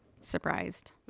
surprised